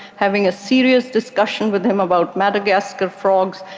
having a serious discussion with him about madagascar frogs,